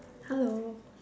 hello